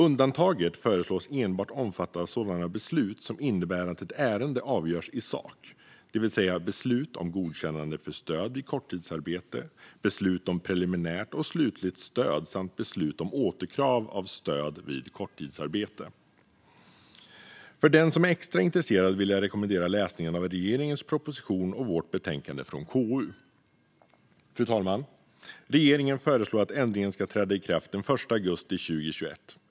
Undantaget föreslås enbart omfatta sådana beslut som innebär att ett ärende avgörs i sak, det vill säga beslut om godkännande för stöd vid korttidsarbete, beslut om preliminärt och slutligt stöd samt beslut om återkrav av stöd vid korttidsarbete. För den som är extra intresserad vill jag rekommendera läsning av regeringens proposition och KU:s betänkande. Fru talman! Regeringen föreslår att ändringen ska träda i kraft den 1 augusti 2021.